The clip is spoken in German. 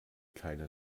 keine